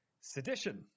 sedition